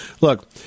Look